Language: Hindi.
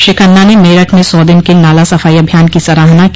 श्री खन्ना ने मेरठ में सौ दिन के नाला सफाई अभियान की सराहना की